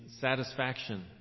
satisfaction